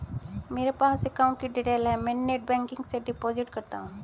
मेरे पास अकाउंट की डिटेल है मैं नेटबैंकिंग से डिपॉजिट करता हूं